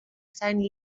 seine